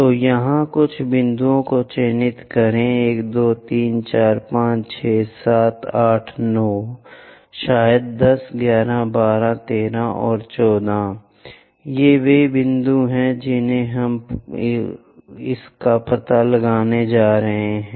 तो यहाँ कुछ बिंदुओं को चिन्हित करें 1 2 3 4 5 6 7 8 9 शायद 10 11 12 13 और 14 ये वे बिंदु हैं जिन्हें हम इसका पता लगाने जा रहे हैं